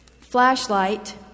Flashlight